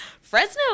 Fresno